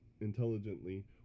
intelligently